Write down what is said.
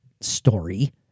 story